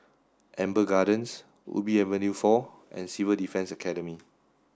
Amber Gardens Ubi Avenue four and Civil Defence Academy